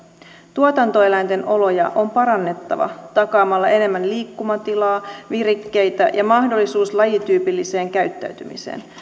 tuotantoeläinten oloja on parannettava takaamalla enemmän liikkumatilaa virikkeitä ja mahdollisuus lajityypilliseen käyttäytymiseen